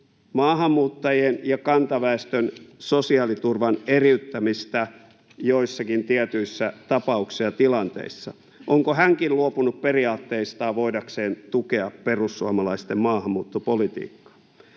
maahanmuuttajien ja kantaväestön sosiaaliturvan eriyttämistä joissakin tietyissä tapauksissa ja tilanteissa. Onko hänkin luopunut periaatteistaan voidakseen tukea perussuomalaisten maahanmuuttopolitiikkaa?